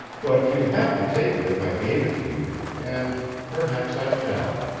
but you'd have to take it if i gave it to you, and perhaps i shall.